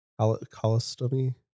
colostomy